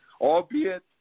albeit